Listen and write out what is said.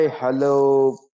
Hello